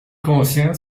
conscient